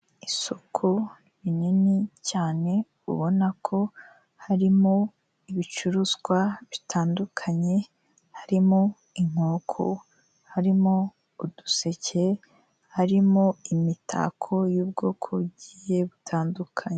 Isoku rinini cyane ubona ko harimo ibicuruzwa bitandukanye. Harimo inkoko, harimo uduseke, harimo imitako y'ubwoko bugiye butandukanye.